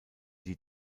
die